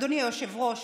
אדוני היושב-ראש,